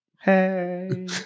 Hey